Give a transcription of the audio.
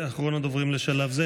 ואחרון הדוברים לשלב זה,